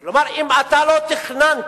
כלומר, אם אתה לא תכננת,